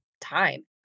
time